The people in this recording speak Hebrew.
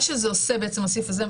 מה שעושה הסעיף הזה,